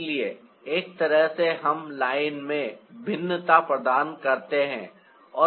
इसलिए एक तरह से हम लाइन में भिन्नता प्रदान करते हैं और बनाते हैं